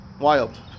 wild